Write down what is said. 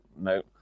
no